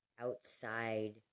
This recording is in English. outside